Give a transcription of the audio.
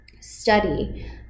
study